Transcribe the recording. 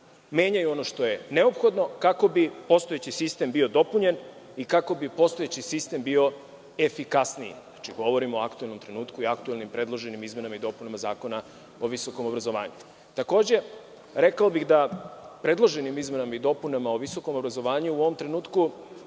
menjaju ono što je neophodno kako bi postojeći sistem bio dopunjen i kako bi postojeći sistem bio efikasniji. Govorim o aktuelnom trenutku i aktuelnim predloženim izmenama i dopunama Zakona o visokom obrazovanju. Takođe, rekao bih da predloženim izmenama i dopunama Zakona o visokom obrazovanju u ovom trenutku